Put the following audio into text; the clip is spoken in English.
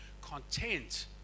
content